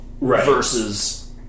versus